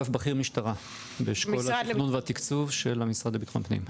משטרה באשכול התכנון והתקצוב של המשרד לביטחון פנים.